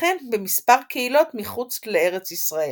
וכן במספר קהילות מחוץ לארץ ישראל.